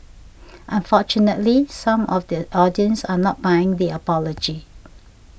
unfortunately some of the audience are not buying the apology